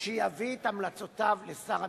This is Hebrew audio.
שיביא את המלצותיו לשר המשפטים,